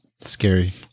scary